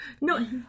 No